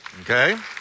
okay